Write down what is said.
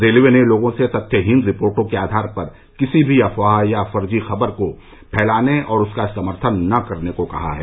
railway ने लोगों से तथ्यहीन रिपोर्टो के आधार पर किसी भी अफवाह या फर्जी खबर को फैलाने और उसका समर्थन न करने को कहा है